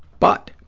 but